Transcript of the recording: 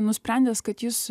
nusprendęs kad jis